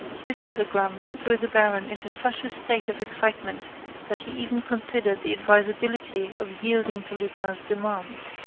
this telegram threw the baron into such a state of excitement that he even considered the advisability of yielding to lupin's demands.